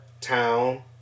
town